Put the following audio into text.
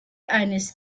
eines